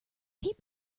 peep